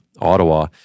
Ottawa